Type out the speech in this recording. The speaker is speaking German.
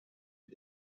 ein